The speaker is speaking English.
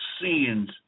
sins